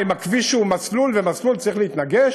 מה, אם הכביש הוא מסלול ומסלול צריך להתנגש?